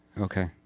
okay